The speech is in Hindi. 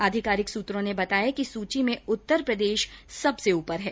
आधिकारिक सूत्रों ने बताया कि सूची में उत्तर प्रदेश सबसे ऊपर है